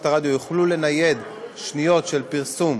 הרדיו יוכלו לנייד שניות של פרסום